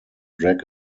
drag